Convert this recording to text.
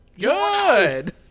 good